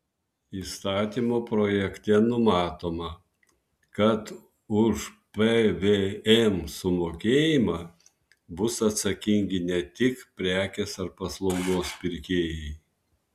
įstatymo projekte numatoma kad už pvm sumokėjimą bus atsakingi ne tik prekės ar paslaugos pirkėjai